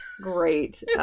great